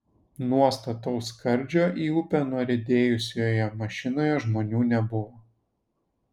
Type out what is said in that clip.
nuo stataus skardžio į upę nuriedėjusioje mašinoje žmonių nebuvo